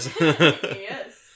Yes